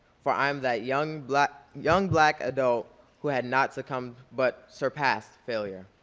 for i am that young black young black adult who had not succumbed but surpassed failure.